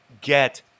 get